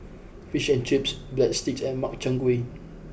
Fish and Chips Breadsticks and Makchang Gui